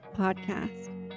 podcast